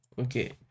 Okay